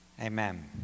Amen